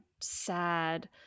sad